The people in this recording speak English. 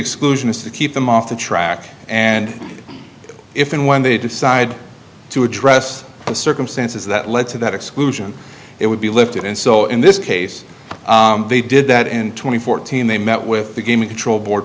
exclusion is to keep them off the track and if and when they decide to address the circumstances that led to that exclusion it would be lifted and so in this case they did that in twenty fourteen they met with the gaming control board